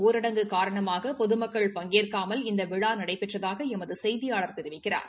ஊரடங்கு காரணமாக பொதுமக்கள் பங்கேற்காமல் இந்த விழா நடைபெற்றதாக எமது செய்தியாளர் தெரிவிக்கிறார்